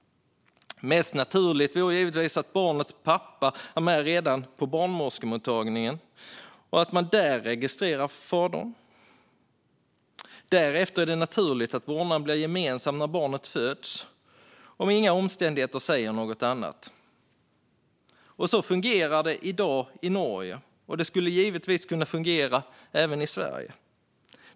Mest naturligt vore givetvis att barnets pappa är med redan på barnmorskemottagningen och att man där registrerar fadern. Därefter är det naturligt att vårdnaden blir gemensam när barnet föds om inga omständigheter säger något annat. Så fungerar det i dag i Norge, och det skulle givetvis kunna fungera även i Sverige.